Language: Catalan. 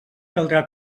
caldrà